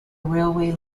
railway